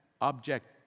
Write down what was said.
object